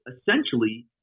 essentially